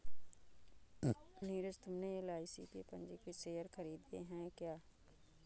नीरज तुमने एल.आई.सी के पंजीकृत शेयर खरीदे हैं क्या?